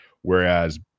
whereas